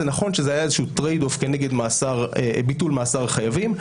זה נכון שזה היה איזשהו טרייד אוף כנגד ביטול מאסר חייבים.